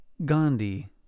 Gandhi